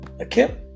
Okay